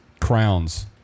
Crowns